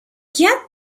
get